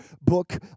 book